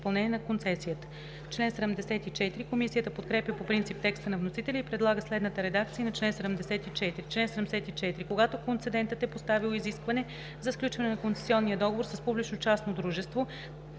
Когато концедентът е поставил изискване за сключване на концесионния договор с публично-частно дружество,